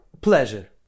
Pleasure